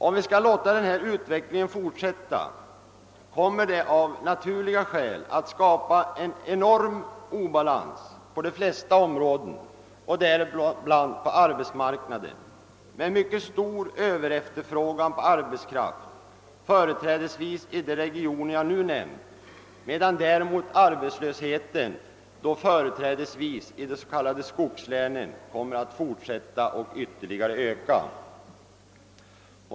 Om vi skall låta denna utveckling fortsätta, kommer den av naturliga skäl att skapa en enorm obalans på de flesta områden, däribland på arbetsmarknaden, med mycket stor överefterfrågan på arbetskraft, företrädesvis i de regioner jag nu nämnt, medan däremot arbetslösheten, företrädesvis i de s.k. skogslänen, kommer att fortsätta och ytterligare öka.